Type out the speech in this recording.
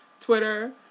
Twitter